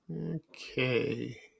Okay